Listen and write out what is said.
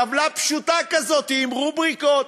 טבלה פשוטה כזאת, עם רובריקות,